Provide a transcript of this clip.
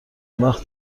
اونوقت